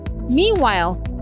Meanwhile